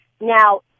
now